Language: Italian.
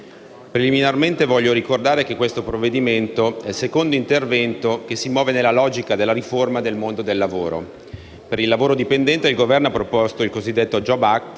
preliminarmente voglio ricordare che questo provvedimento è il secondo intervento che si muove nella logica della riforma del mondo del lavoro. Per il lavoro dipendente il Governo ha proposto il cosiddetto jobs act